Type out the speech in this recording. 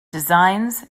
designs